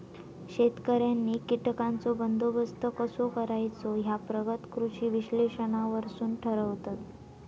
शेतकऱ्यांनी कीटकांचो बंदोबस्त कसो करायचो ह्या प्रगत कृषी विश्लेषणावरसून ठरवतत